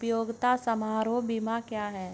उपयोगिता समारोह बीमा क्या है?